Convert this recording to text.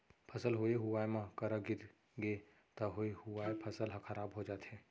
फसल होए हुवाए म करा गिरगे त होए हुवाए फसल ह खराब हो जाथे